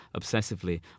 obsessively